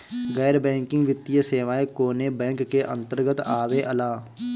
गैर बैंकिंग वित्तीय सेवाएं कोने बैंक के अन्तरगत आवेअला?